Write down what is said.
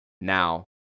now